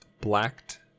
blacked